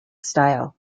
style